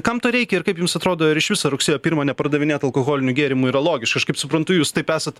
kam to reikia ir kaip jums atrodo ar iš viso rugsėjo pirmą nepardavinėt alkoholinių gėrimų yra logiška aš kaip suprantu jūs taip esat